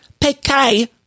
PK